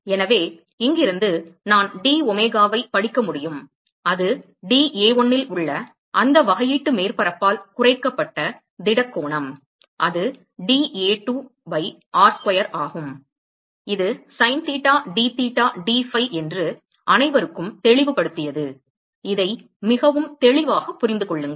எனவே இங்கிருந்து நான் d omega வை படிக்க முடியும் அது dA1 இல் உள்ள அந்த வகையீட்டு மேற்பரப்பால் குறைக்கப்பட்ட திட கோணம் அது dA2 பை r ஸ்கொயர் ஆகும் இது sin theta d theta d phi என்று அனைவருக்கும் தெளிவுபடுத்தியது இதை மிகவும் தெளிவாகப் புரிந்து கொள்ளுங்கள்